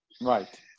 right